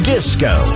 Disco